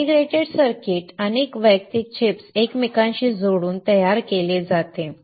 तर integrated circuit अनेक वैयक्तिक चिप्स एकमेकांशी जोडून तयार केले जाते